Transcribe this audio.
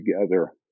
together